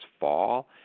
fall